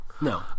No